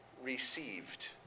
Received